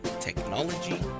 technology